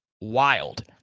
wild